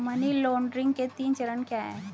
Money laundering के तीन चरण क्या हैं?